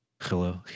Hello